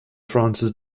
francis